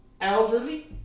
elderly